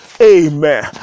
Amen